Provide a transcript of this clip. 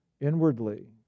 inwardly